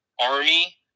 Army